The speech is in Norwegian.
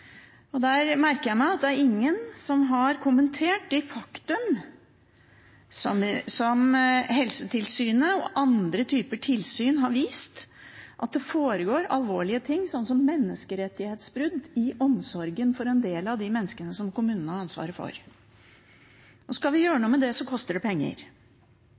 Jeg merker meg at ingen har kommentert det faktum som Helsetilsynet og andre typer tilsyn har vist, at det foregår alvorlige ting, som menneskerettighetsbrudd, i omsorgen for en del av de menneskene som kommunene har ansvaret for. Skal vi gjøre noe med det, koster det penger.